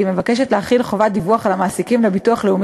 לקריאה ראשונה.